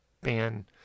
ban